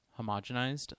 homogenized